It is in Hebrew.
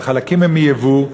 והחלקים הם מיבוא,